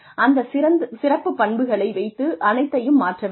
அந்த சிறப்புப் பண்புகளை வைத்து அனைத்தையும் மாற்ற வேண்டும்